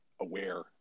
aware